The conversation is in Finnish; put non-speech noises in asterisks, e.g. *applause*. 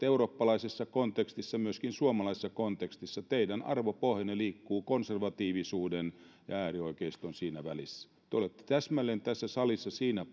*unintelligible* eurooppalaisessa kontekstissa myöskin suomalaisessa kontekstissa teidän arvopohjanne liikkuu siinä konservatiivisuuden ja äärioikeiston välissä te olette tässä salissa täsmälleen siinä *unintelligible*